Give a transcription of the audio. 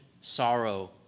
sorrow